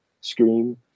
scream